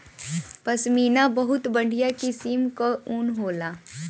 पश्मीना बहुत बढ़िया किसिम कअ ऊन होला